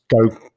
go